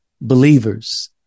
believers